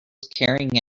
carrying